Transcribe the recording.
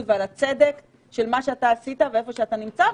ועל הצדק של מה שאתה עשית ואיפה שאתה נמצא,